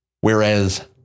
Whereas